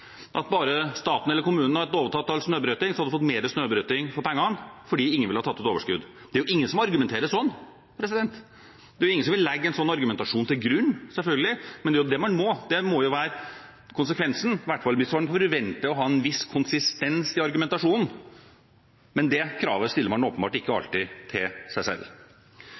om bare staten eller kommunen hadde overtatt all snøbrøyting, hadde man fått mer snøbrøyting for pengene, fordi ingen ville ha tatt ut overskudd. Det er jo ingen som argumenterer sånn, det er selvfølgelig ingen som vil legge en sånn argumentasjon til grunn – men det er jo det man må. Det må jo være konsekvensen, i hvert fall hvis man forventer å ha en viss konsistens i argumentasjonen – men det kravet stiller man åpenbart ikke alltid til seg selv.